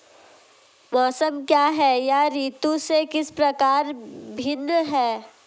मौसम क्या है यह ऋतु से किस प्रकार भिन्न है?